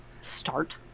start